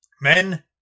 men